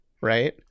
right